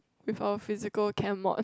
with a physical chem mod